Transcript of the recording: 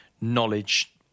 knowledge